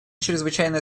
чрезвычайное